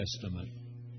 Testament